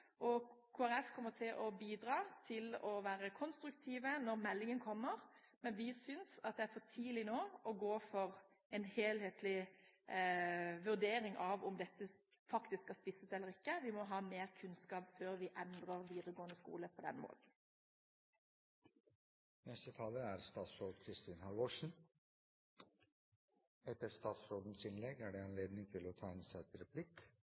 og Kristelig Folkeparti kommer til å bidra til å være konstruktive når meldingen kommer, men vi synes at det er for tidlig å gå for en helhetlig vurdering av om dette faktisk skal spisses, eller ikke. Vi må ha mer kunnskap før vi endrer videregående skole på den måten.